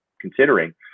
considering